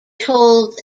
holds